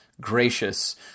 gracious